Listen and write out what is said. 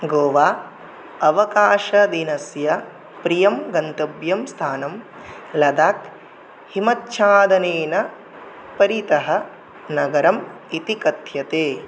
गोवा अवकाशदिनस्य प्रियं गन्तव्यं स्थानं लदाक् हिमच्छादनेन परितः नगरम् इति कथ्यते